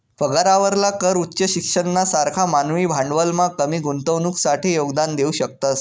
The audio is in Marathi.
पगारावरला कर उच्च शिक्षणना सारखा मानवी भांडवलमा कमी गुंतवणुकसाठे योगदान देऊ शकतस